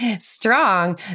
strong